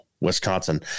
Wisconsin